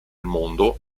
mondo